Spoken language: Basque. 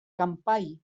kanpai